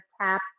tap